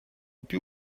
più